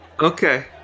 Okay